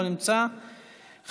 לא נמצא,